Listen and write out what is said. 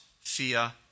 fear